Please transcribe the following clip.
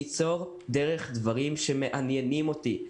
ליצור דרך דברים שמעניינים אותי,